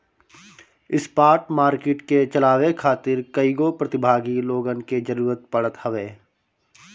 spot market के चलावे खातिर कईगो प्रतिभागी लोगन के जरूतर पड़त हवे